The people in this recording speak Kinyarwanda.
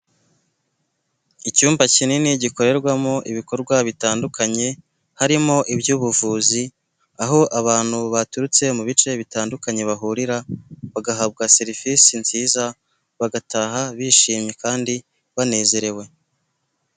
Icyumba kinini gikorerwamo ibikorwa bitandukanye harimo iby'ubuvuzi aho abantu baturutse mu bice bitandukanye bahurira bagahabwa serivisi nziza bagataha bishimye kandi banezerewe.